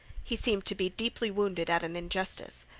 he seemed to be deeply wounded at an injustice.